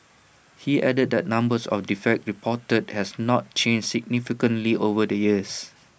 he added that numbers of defects reported has not changed significantly over the years